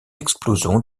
explosions